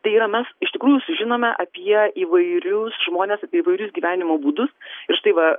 tai yra mes iš tikrųjų sužinome apie įvairius žmones apie įvairius gyvenimo būdus ir štai va